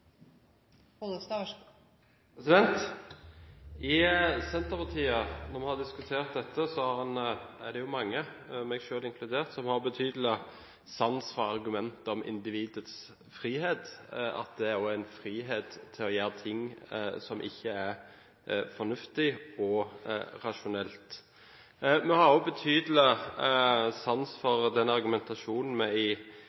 det mange, meg selv inkludert, som har betydelig sans for argumentene om individets frihet – at det også er en frihet til å gjøre ting som ikke er fornuftige og rasjonelle. Vi har også betydelig sans for